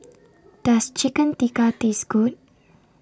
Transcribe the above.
Does Chicken Tikka Taste Good